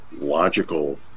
logical